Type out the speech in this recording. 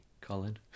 Colin